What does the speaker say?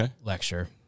lecture